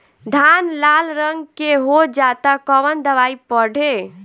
धान लाल रंग के हो जाता कवन दवाई पढ़े?